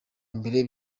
mbere